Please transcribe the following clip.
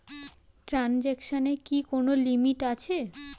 ট্রানজেকশনের কি কোন লিমিট আছে?